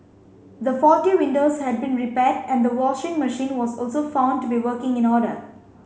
the faulty windows had been repaired and the washing machine was also found to be working in order